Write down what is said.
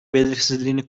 belirsizliğini